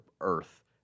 earth